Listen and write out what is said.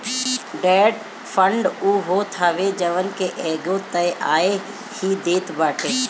debt fund उ होत हवे जवन की एगो तय आय ही देत बाटे